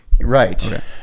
Right